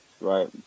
Right